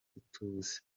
ituze